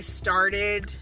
started